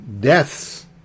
deaths